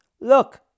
look